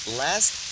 last